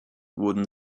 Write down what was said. wurden